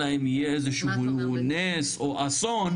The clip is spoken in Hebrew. אלא אם יהיה איזשהו נס או אסון,